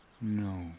no